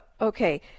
Okay